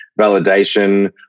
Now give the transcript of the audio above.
validation